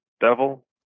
devil